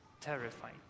terrified